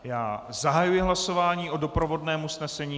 Já zahajuji hlasování o doprovodném usnesení.